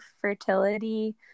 fertility